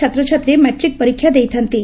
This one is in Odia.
ଛାତ୍ରଛାତ୍ରୀ ମାଟ୍ରିକ୍ ପରୀକ୍ଷା ଦେଇଥାନ୍ତି